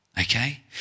Okay